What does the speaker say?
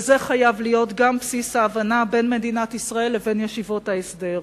וזה חייב להיות גם בסיס ההבנה בין מדינת ישראל לבין ישיבות ההסדר.